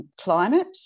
climate